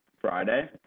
Friday